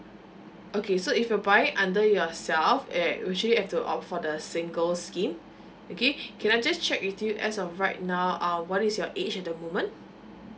okay so if you're buying under yourself err usually have to opt for the single scheme okay can I just check with you as of right now uh what is your age at the moment